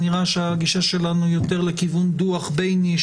נראה שהגישה שלנו היא יותר לכיוון דוח בייניש,